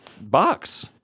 box